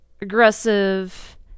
aggressive